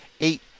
eight